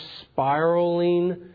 spiraling